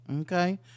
okay